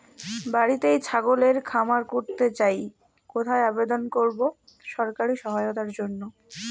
বাতিতেই ছাগলের খামার করতে চাই কোথায় আবেদন করব সরকারি সহায়তার জন্য?